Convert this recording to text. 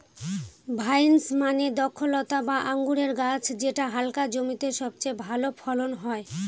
vines মানে দ্রক্ষলতা বা আঙুরের গাছ যেটা হালকা জমিতে সবচেয়ে ভালো ফলন হয়